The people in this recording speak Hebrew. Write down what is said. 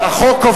הוא יכול.